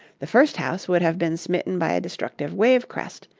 the first house would have been smitten by a destructive wave crest,